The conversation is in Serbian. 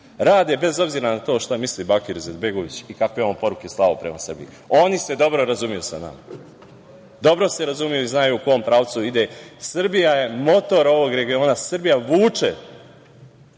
rade bez obzira na to šta misli Bakir Izetbegović i kakve je on poruke slao prema Srbiji. Oni se dobro razumeju sa nama, dobro se razumeju i znaju u kom pravcu ide. Srbija je motor ovog regiona, Srbija vuče